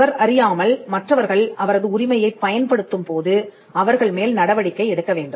அவர் அறியாமல் மற்றவர்கள் அவரது உரிமையைப் பயன்படுத்தும்போது அவர்கள் மேல் நடவடிக்கை எடுக்க வேண்டும்